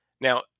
Now